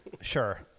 Sure